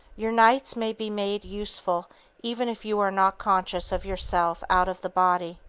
your nights may be made useful even if you are not conscious of yourself out of the body,